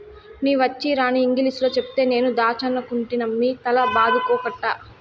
నీ వచ్చీరాని ఇంగిలీసులో చెప్తే నేను దాచ్చనుకుంటినమ్మి తల బాదుకోకట్టా